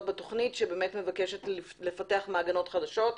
בתוכנית שבאמת מבקשת לפתח מעגנות חדשות.